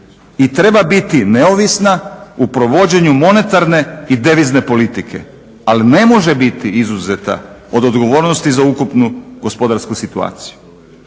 i treba biti neovisna u provođenju monetarne i devizne politike, ali ne može biti izuzeta od odgovornosti za ukupnu gospodarsku situaciju.